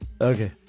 Okay